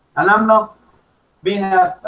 and i'm not being a